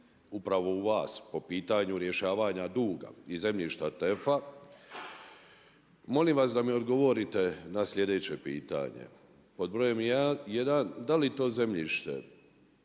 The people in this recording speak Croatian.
upravo u vas po pitanju rješavanja duga i zemljišta TEF-a, molim vas da mi odgovorite na sljedeće pitanje. Pod brojem 1. da li to zemljište